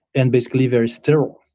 and basically very still.